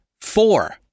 four